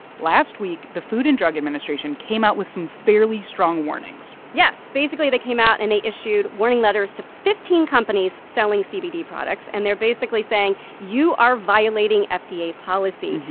last week, the food and drug administration came out with some fairly strong warnings yes. basically, they came out and they issued warning letters to fifteen companies selling cbd products. and they're basically saying you are violating fda policy.